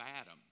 Adam